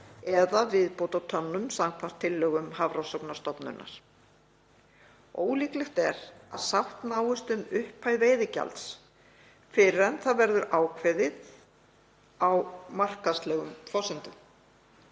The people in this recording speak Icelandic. eða viðbótartonnum samkvæmt tillögum Hafrannsóknastofnunar. Ólíklegt er að sátt náist um upphæð veiðigjalds fyrr en það verður ákveðið á markaðslegum forsendum.